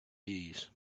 bees